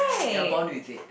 they're born with it